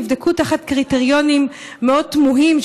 נבדקו תחת קריטריונים מאוד תמוהים,